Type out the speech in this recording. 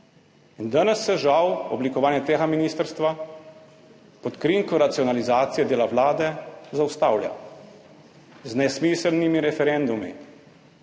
Danes se žal oblikovanje tega ministrstva pod krinko racionalizacije dela vlade zaustavlja z nesmiselnimi referendumi,